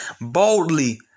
boldly